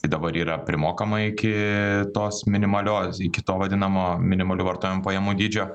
tai dabar yra primokama iki tos minimalios iki to vadinamo minimalių vartojimo pajamų dydžio